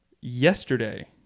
yesterday